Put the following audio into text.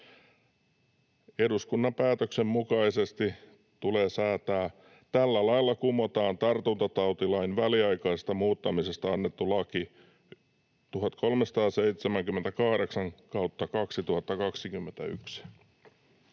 Eduskunnan päätöksen mukaisesti tulee säätää: tällä lailla kumotaan tartuntatautilain väliaikaisesta muuttamisesta annettu laki 1378/2021.”